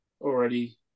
already